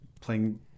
playing